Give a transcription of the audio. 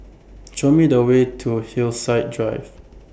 Show Me The Way to Hillside Drive